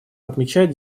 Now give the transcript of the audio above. отмечать